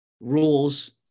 rules